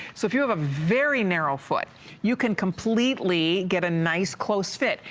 so if you have a very narrow foot you can completely get a nice clothes fit.